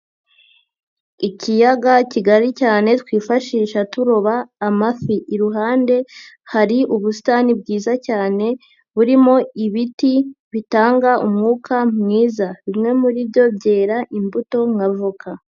Ikiyaga kigari cyane twifashisha turoba amafi, iruhande hari ubusitani bwiza cyane burimo ibiti bitanga umwuka mwiza, bimwe muri byo byera imbuto nk'avoka.